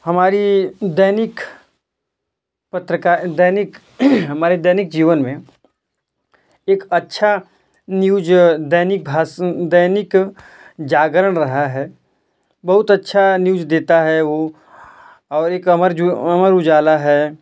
हमारी दैनिक पत्रकार दैनिक हमारे दैनिक जीवन में एक अच्छा न्यूस दैनिक भास दैनिक जागरण रहा है बहुत अच्छा न्यूज़ देता है वे और एक अमर जु अमर उजाला है